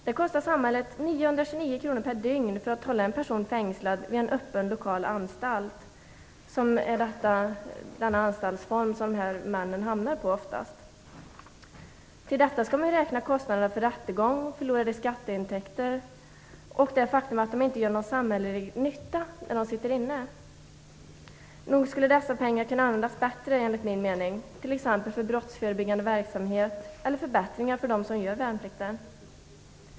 Det kostar samhället 929 kr per dygn att hålla en person fängslad vid en öppen lokal anstalt, som dessa män oftast hamnar på. Till detta skall man räkna kostnaderna för rättegångar, förlorade skatteintäkter och det faktum att dessa män inte gör någon samhällelig nytta när de sitter inne. Enligt min mening skulle dessa pengar kunna användas bättre, t.ex. till brottsförebyggande verksamheter eller till förbättringar för dem som gör värnplikten.